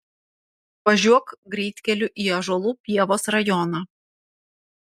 važiuok greitkeliu į ąžuolų pievos rajoną